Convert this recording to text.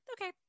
okay